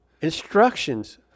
instructions